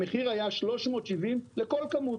המחיר היה 370 לכל כמות,